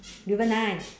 River Nile